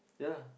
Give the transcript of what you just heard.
yeah